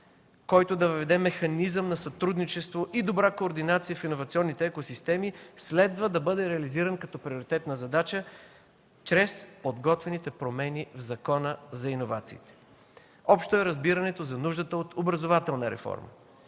който да въведе механизъм на сътрудничество и добра координация в иновационните екосистеми, следва да бъде реализиран като приоритетна задача, чрез подготвените промени в Закона за иновациите. Общо е разбирането за нуждата от образователна реформа.